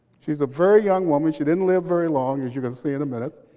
she's a very young woman. she didn't live very long as you can see in a minute.